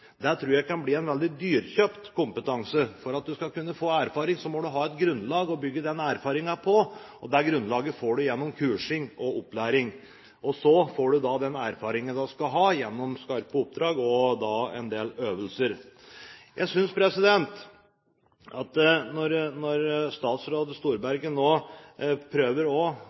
tror jeg kan bli en veldig dyrkjøpt kompetanse. For at man skal kunne få erfaring, må man ha et grunnlag å bygge den erfaringen på. Det grunnlaget får man gjennom kursing og opplæring. Så får man den erfaringen man skal ha, gjennom skarpe oppdrag og en del øvelser. Jeg synes at når statsråd Storberget nå prøver å gi Fremskrittspartiet og